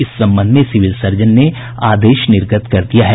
इस संबंध में सिविल सर्जन ने आदेश निर्गत कर दिया है